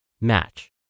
Match